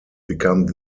become